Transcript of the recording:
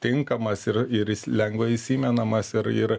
tinkamas ir ir lengvai įsimenamas ir ir